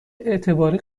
اعتباری